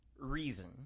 Reason